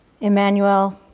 emmanuel